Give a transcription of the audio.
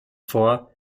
vor